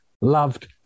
loved